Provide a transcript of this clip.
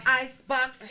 icebox